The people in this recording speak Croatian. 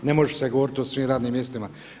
Ne može se govoriti o svim radnim mjestima.